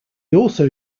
also